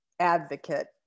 advocate